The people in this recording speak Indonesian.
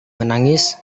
menangis